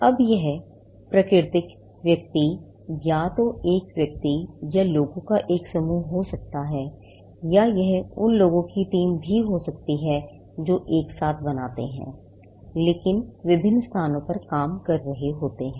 अब यह प्राकृतिक व्यक्ति या तो एक व्यक्ति या लोगों का एक समूह हो सकता है या यह उन लोगों की टीम भी हो सकती है जो एक साथ बनाते हैं लेकिन विभिन्न स्थानों में काम कर रहे हैं